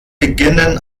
beginnen